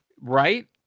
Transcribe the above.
right